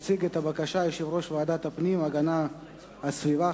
יציג את הבקשה יושב-ראש ועדת הפנים והגנת הסביבה,